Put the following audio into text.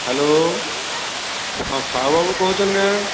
hello Sahu ବାବୁ କହୁଛନ ନା